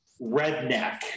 redneck